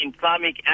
Islamic